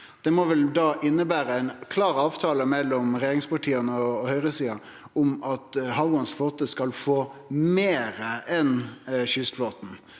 Det må vel da innebere ein klar avtale mellom regjeringspartia og høgresida om at havgåande flåte skal få meir enn kystflåten,